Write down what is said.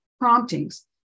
Promptings